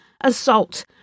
assault